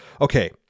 Okay